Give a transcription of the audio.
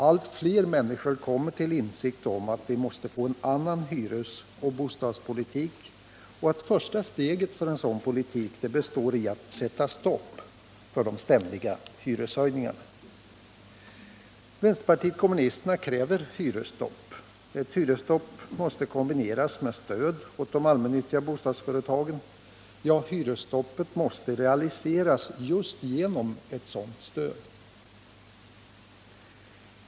Allt fler människor kommer till insikt om att vi måste få en annan hyresoch bostadspolitik och att första steget i en sådan politik består i att sätta stopp för de ständiga hyreshöjningarna. Vänsterpartiet kommunisterna kräver hyresstopp. Ett hyresstopp måste kombineras med stöd åt de allmännyttiga bostadsföretagen, ja, hyresstoppet måste realiseras just genom ett sådant stöd.